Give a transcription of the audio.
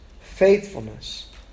faithfulness